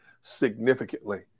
significantly